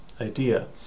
idea